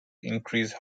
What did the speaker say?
increase